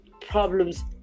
problems